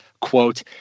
quote